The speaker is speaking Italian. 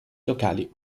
locali